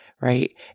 right